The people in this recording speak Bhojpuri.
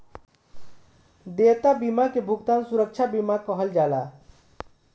देयता बीमा के भुगतान सुरक्षा बीमा कहल जाला